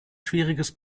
schwieriges